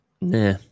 Nah